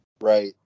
Right